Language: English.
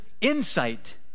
insight